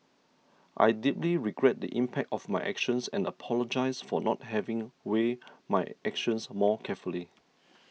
I deeply regret the impact of my actions and apologise for not having weighed my actions more carefully